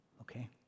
Okay